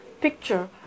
picture